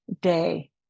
day